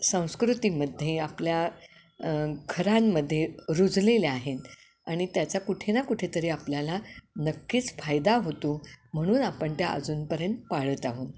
संस्कृतीमध्ये आपल्या घरांमध्ये रुजलेल्या आहेत आणि त्याचा कुठे ना कुठेेतरी आपल्याला नक्कीच फायदा होतो म्हणून आपण त्या अजूनपर्यंत पाळत आहोत